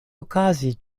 okazi